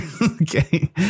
Okay